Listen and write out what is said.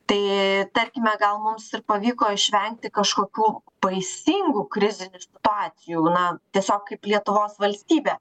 tai tarkime gal mums ir pavyko išvengti kažkokių baisingų krizinių situacijų na tiesiog kaip lietuvos valstybė